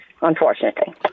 unfortunately